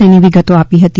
તેની વિગતો આપી હતી